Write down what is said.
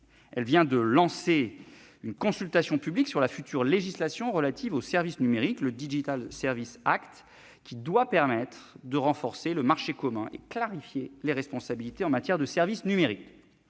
Elle vient de lancer une consultation publique sur la future législation relative aux services numériques, le, qui doit permettre de renforcer le marché commun et de clarifier les responsabilités en matière de services numériques.